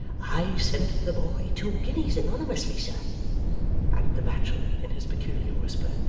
i sent the boy two guineas anonymously, sir added the bachelor, in his peculiar whisper,